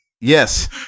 Yes